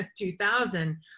2000